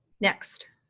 next,